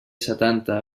setanta